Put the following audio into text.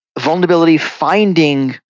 vulnerability-finding